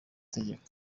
tegeko